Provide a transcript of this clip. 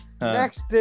Next